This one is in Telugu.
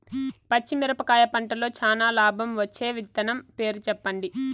పచ్చిమిరపకాయ పంటలో చానా లాభం వచ్చే విత్తనం పేరు చెప్పండి?